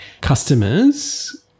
customers